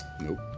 Nope